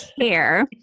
care